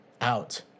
out